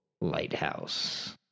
lighthouse